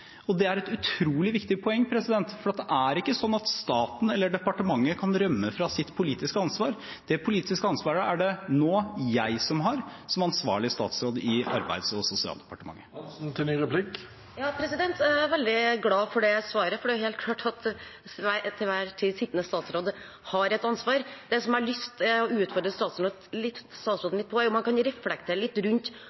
og det er et utrolig viktig poeng, for det er ikke slik at staten eller departementet kan rømme fra sitt politiske ansvar. Det politiske ansvaret er det nå jeg som har, som ansvarlig statsråd i Arbeids- og sosialdepartementet. Jeg er veldig glad for det svaret, for det er jo helt klart at den til enhver tid sittende statsråd har et ansvar. Det som jeg har lyst til å utfordre statsråden litt på, er om han kan reflektere litt